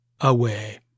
away